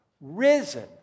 Risen